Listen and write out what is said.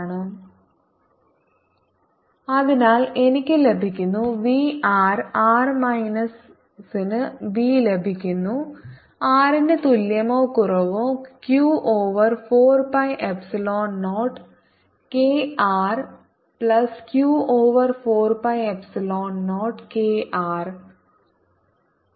V ErR ∂V∂r Q4π0 r2 V0 V Q4π0 r r≤R ∂V∂rE Q4π0k r2 rRdV Q4π0krRdrr2 VR Vr Q4π0k 1rrR Q4π0k1R 1r VrVR Q4π0kRQ4π0kr Q4π0R Q4π0kRQ4π0kr Q4π0 1kr1R 1kR Q4π01krk 1kR അതിനാൽ എനിക്ക് ലഭിക്കുന്നു v r R minus ന് v ലഭിക്കുന്നു r ന് തുല്യമോ കുറവോ q over 4 pi epsilon 0 k r plus q over 4 pi epsilon 0 k r